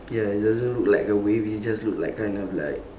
ya it doesn't look like a wave it just look like kind of like